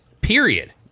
Period